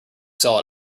sell